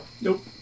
Nope